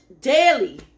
daily